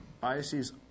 biases